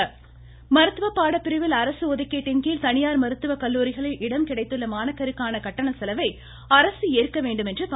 ராமதாஸ் மருத்துவ பாட பிரிவில் அரசு ஒதுக்கீட்டின் கீழ் தனியார் மருத்துவ கல்லூரிகளில் இடம் கிடைத்துள்ள மாணாக்கருக்கான கட்டண செலவை அரசு ஏற்க வேண்டும் என்று பா